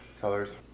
Colors